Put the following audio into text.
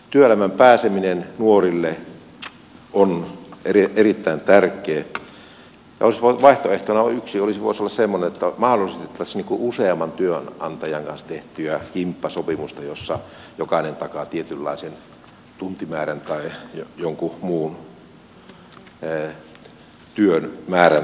työelämään pääseminen nuorille on erittäin tärkeää ja olisi voinut yhtenä vaihtoehtona olla semmoinen että mahdollistettaisiin useamman työnantajan kanssa tehtyjä kimppasopimuksia joissa jokainen takaa tietynlaisen tuntimäärän tai jonkun muun työn määrän jokaiselle